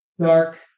dark